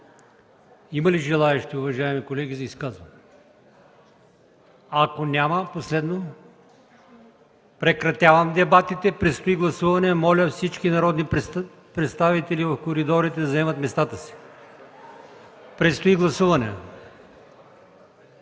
Има ли желаещи, уважаеми колеги, за изказвания? Няма. Прекратявам дебатите. Предстои гласуване. Моля всички народни представители в коридорите да заемат местата си. По реда на внасянето